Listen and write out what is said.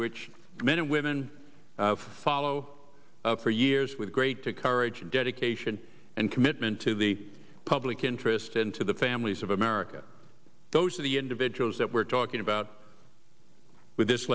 which men and women follow for years with great courage and dedication and commitment to the public interest and to the families of america those are the individuals that we're talking about with this